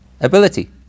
ability